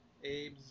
Abe's